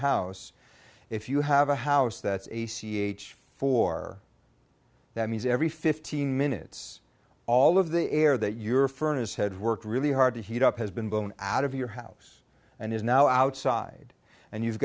house if you have a house that's a c h four that means every fifteen minutes all of the air that your furnace had worked really hard to heat up has been blown out of your house and is now outside and you've